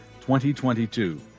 2022